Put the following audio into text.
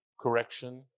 correction